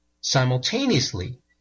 simultaneously